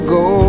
go